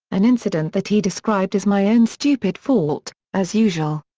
an incident that he described as my own stupid fault, as usual.